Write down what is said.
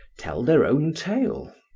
tell their own tale.